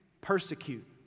persecute